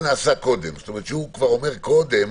זה נעשה קודם, שהוא אומר קודם